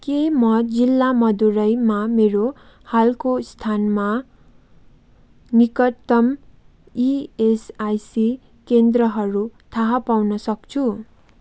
के म जिल्ला मदुरैमा मेरो हालको स्थानमा निकटतम इएसआइसी केन्द्रहरू थाहा पाउन सक्छु